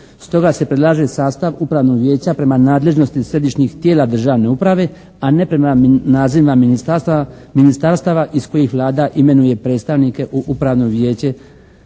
Stoga se predlaže sastav upravnog vijeća prema nadležnosti središnjih tijela državne uprave a ne prema nazivima ministarstava iz kojih Vlada imenuje predstavnike u upravno vijeće